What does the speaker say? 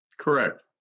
Correct